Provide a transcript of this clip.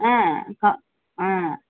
ஆ கம் ஆ